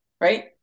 Right